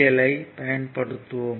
L I பயன்படுத்துவோம்